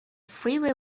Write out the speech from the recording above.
freeway